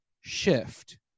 shift